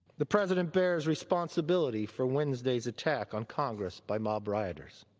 the president bears responsibility for wednesday's attack on congress by mob rioters.